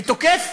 ותוקף